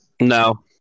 No